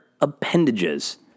appendages